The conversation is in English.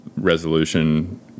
resolution